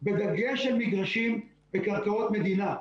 בדגש על המגרשים בקרקעות מדינה.